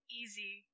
easy